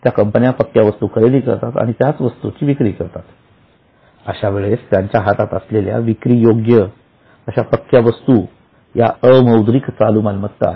त्या कंपन्या पक्क्या वस्तू खरेदी करतात आणि त्याच वस्तूची विक्री करतात अशा वेळेस त्यांच्या हातात असलेल्या विक्री योग्य पक्क्या वस्तू या अमौद्रिक चालू मालमत्ता आहेत